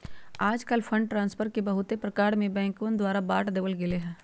आजकल fund transfer के बहुत से प्रकार में बैंकवन द्वारा बांट देवल गैले है